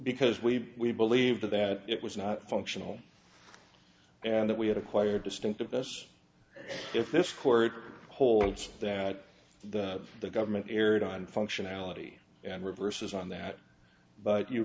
because we believe that it was not functional and that we had acquired distinctiveness if this court holds that the the government erred on functionality and reverses on that but you